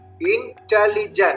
intelligent